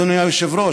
אדוני היושב-ראש,